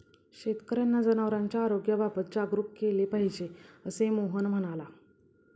शेतकर्यांना जनावरांच्या आरोग्याबाबत जागरूक केले पाहिजे, असे मोहन म्हणाला